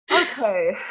okay